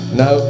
no